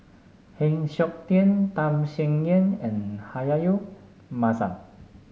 Heng Siok Tian Tham Sien Yen and Rahayu Mahzam